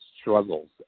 struggles